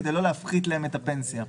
כדי לא להפחית להם את הפנסיה.